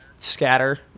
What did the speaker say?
scatter